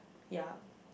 ya